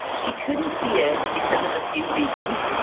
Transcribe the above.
she couldn't see it because of a few reasons.